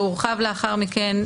והורחב לאחר מכן,